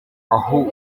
aho